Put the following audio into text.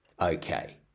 Okay